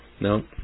No